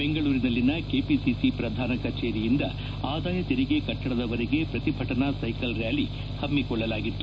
ಬೆಂಗಳೂರಿನಲ್ಲಿನ KPC ಪ್ರಧಾನ ಕಚೇರಿಯಿಂದ ಆದಾಯತೆರಿಗೆ ಕಟ್ಟಡದವರೆಗೆ ಪ್ರತಿಭಟನಾ ಸೈಕಲ್ ರ್ನಾಲಿ ಹಮ್ಮಿಕೊಳ್ಳಲಾಗಿತ್ತು